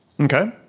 Okay